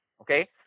okay